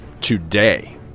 today